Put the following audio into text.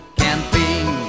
camping